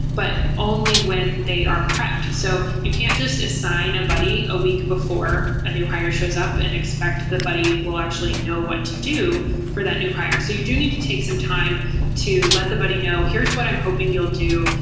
but only when they are prepped. so you can't just assign a buddy a week before a new hire shows up and expect the buddy will actually know what to do for that new hire. so you do need to take some time to the buddy know, here's what i'm hoping you'll do.